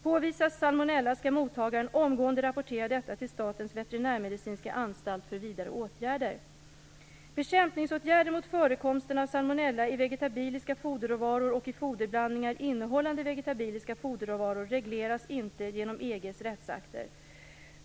Påvisas salmonella skall mottagaren omgående rapportera detta till Statens veterinärmedicinska anstalt för vidare åtgärder. Bekämpningsåtgärder mot förekomsten av salmonella i vegetabiliska foderråvaror och i foderblandningar innehållande vegetabiliska foderråvaror regleras inte genom EG:s rättsakter.